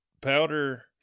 powder